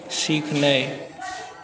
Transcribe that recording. सीखनाइ